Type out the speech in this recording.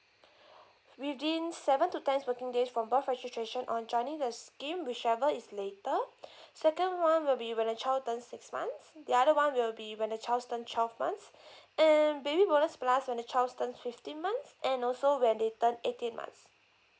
within seven to ten working days from birth registration or joining the scheme whichever is later second one will be when the child turns six months the other one will be when the child's turn twelve months and baby bonus plus when the child's turn fifteen months and also when they turn eighteen months